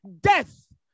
Death